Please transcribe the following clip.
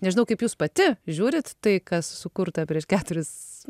nežinau kaip jūs pati žiūrit tai kas sukurta prieš keturis